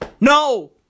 No